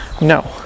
No